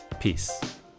peace